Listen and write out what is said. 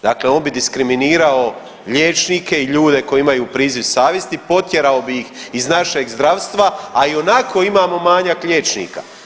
Dakle, on bi diskriminirao liječnike i ljude koji imaju priziv savjesti, potjerao bi ih iz našeg iz zdravstva, a ionako imamo manjak liječnika.